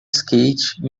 skate